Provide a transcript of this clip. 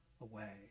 away